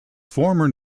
former